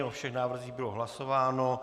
O všech návrzích bylo hlasováno.